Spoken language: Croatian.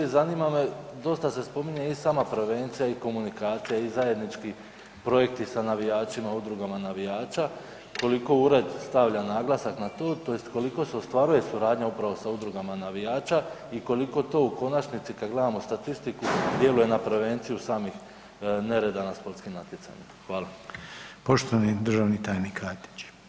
Zanima me, dosta se spominje i sama prevencija i komunikacija i zajednički projekti sa navijačima, udrugama navijača, koliko ured stavlja naglasak na to tj. koliko se ostvaruje suradnja upravo sa udrugama navijača i koliko to u konačnici kad gledamo statistiku djeluje na prevenciju samih nereda na sportskim natjecanjima?